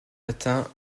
atteint